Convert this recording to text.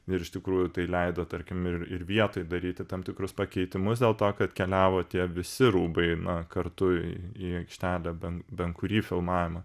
ir iš tikrųjų tai leido tarkim ir ir vietoj daryti tam tikrus pakeitimus dėl to kad keliavo tie visi rūbai na kartu į aikštelę bent bent kurį filmavimą